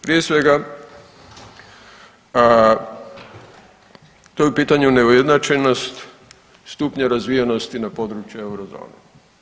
Prije svega, to je u pitanju neujednačenost stupnja razvijenosti na području Eurozone.